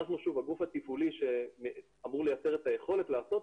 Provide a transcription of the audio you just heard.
אנחנו הגוף התפעולי שאמור לייצר את היכולת לעשות